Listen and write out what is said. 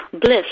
bliss